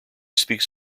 speaks